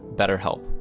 betterhelp.